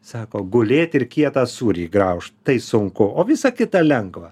sako gulėti ir kietą sūrį graužt tai sunku o visa kita lengva